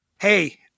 Hey